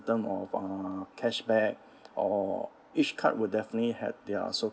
in term of uh cashback or each card will definitely have their so